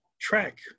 track